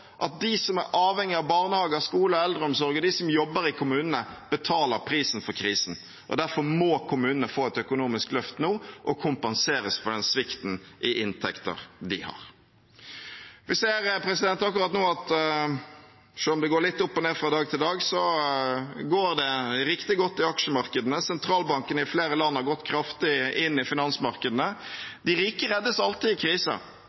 at de som er avhengige av barnehager, skoler, eldreomsorg og de som jobber i kommunen, betaler prisen for krisen. Derfor må kommunene få et økonomisk løft nå og kompenseres for den svikten i inntekter de har. Vi ser akkurat nå – selv om det går litt opp og ned fra dag til dag – at det går riktig godt i aksjemarkedene. Sentralbankene i flere land har gått kraftig inn i finansmarkedene. De rike reddes alltid i